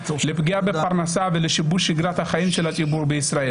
לפגיעה בפרנסה ולשיבוש שגרת החיים של הציבור בישראל.